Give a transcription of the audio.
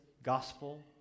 gospel